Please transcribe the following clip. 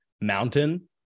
mountain